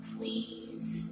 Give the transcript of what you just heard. Please